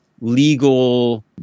legal